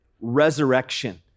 resurrection